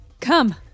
Come